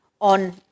on